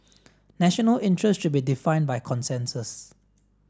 national interest should be defined by consensus